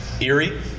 Erie